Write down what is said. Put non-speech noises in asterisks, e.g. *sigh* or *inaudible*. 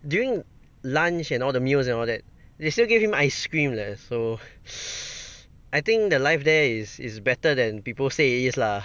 during lunch and all the meals and all that they still give him ice cream leh so *noise* I think the life there is is better than people say it is lah